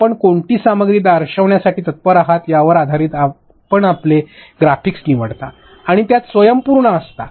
आपण कोणती सामग्री दर्शविण्यासाठी तत्पर आहात यावर आधारित आपण आपले ग्राफिक्स निवडता आणि त्यात स्वयंपूर्ण असता